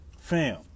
fam